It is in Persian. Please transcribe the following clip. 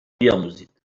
بیاموزید